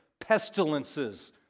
Pestilences